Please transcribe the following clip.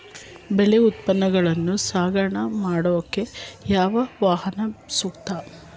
ಬೆಳೆ ಉತ್ಪನ್ನಗಳನ್ನು ಸಾಗಣೆ ಮಾಡೋದಕ್ಕೆ ಯಾವ ವಾಹನ ಸೂಕ್ತ?